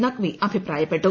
നഖ്വി അഭിപ്രായപ്പെട്ടു